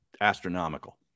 astronomical